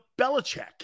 Belichick